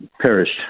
perished